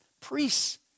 priests